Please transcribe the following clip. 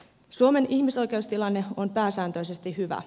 suomen ihmisoikeustilanne on pääsääntöisesti hyvä